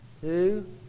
two